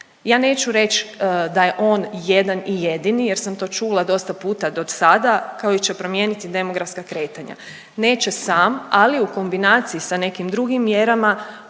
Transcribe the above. Ja neću reći da je on jedan i jedini jer sam to čula dosta puta do sada, koji će promijeniti demografska kretanja. Neće sam, ali u kombinaciji sa nekim drugim mjerama